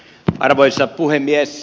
arvoisa puhemies